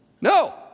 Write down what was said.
No